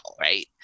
right